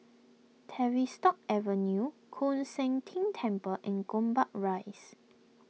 Tavistock Avenue Koon Seng Ting Temple and Gombak Rise